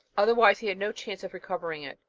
otherwise he had no chance of recovering it.